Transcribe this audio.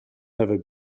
never